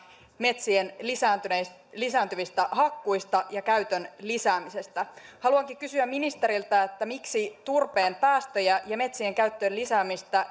metsien lisääntyvistä hakkuista ja käytön lisäämisestä haluankin kysyä ministeriltä miksi turpeen päästöjä ja metsien käytön lisäämistä